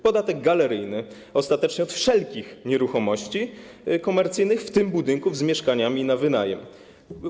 Podatek galeryjny, ostatecznie od wszelkich nieruchomości komercyjnych, w tym budynków z mieszkaniami na wynajem.